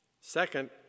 Second